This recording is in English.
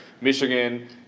Michigan